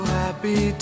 happy